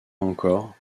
encore